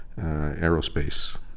Aerospace